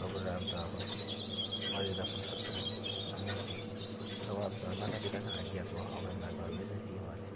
प्रभु राम त अब मर्यादा पुरूषोत्तम हुनुहुन्थ्यो र उहाँ मातापिताको आज्ञाको अवहेलना गर्दैनथिए उहाँले